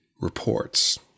reports